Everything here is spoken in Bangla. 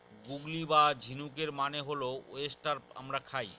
গুগলি বা ঝিনুকের মানে হল ওয়েস্টার আমরা খাই